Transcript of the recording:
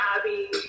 Abby